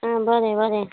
आ बरें बरें